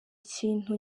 ikintu